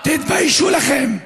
תתביישו לכם.